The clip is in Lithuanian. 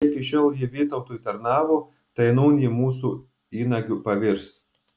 jei iki šiol ji vytautui tarnavo tai nūn ji mūsų įnagiu pavirs